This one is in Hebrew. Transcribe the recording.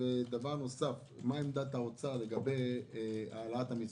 ודבר נוסף, מה עמדת האוצר בנוגע להעלאת המיסים?